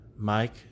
Mike